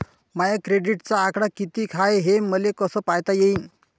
माया क्रेडिटचा आकडा कितीक हाय हे मले कस पायता येईन?